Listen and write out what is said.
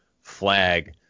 flag